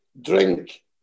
drink